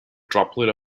droplet